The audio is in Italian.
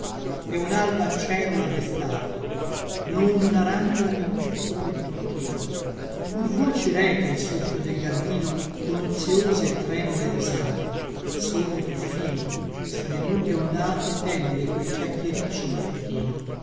è unalba cerula destate non una randa in tutto quel turchino pur voci reca il soffio del garbino con ozïose e tremule risate sono i puffini su le mute ondate pende quel chiacchiericcio mattutino